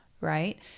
right